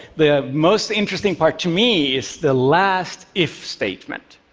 the most interesting part to me is the last if statement.